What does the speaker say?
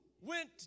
went